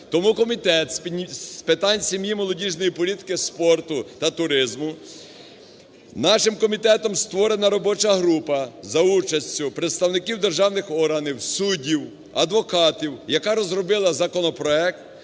Тому Комітет з питань сім'ї, молодіжної політики, спорту та туризму, нашим комітетом створена робоча група за участю представників державних органів, суддів, адвокатів, яка розробила законопроект,